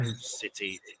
city